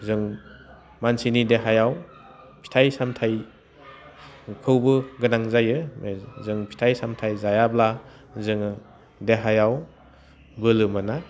जों मानसिनि देहायाव फिथाइ सामथाइखौबो गोनां जायो जों फिथाइ सामथाइ जायाब्ला जोङो देहायाव बोलो मोना